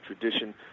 tradition